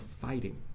fighting